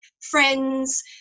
friends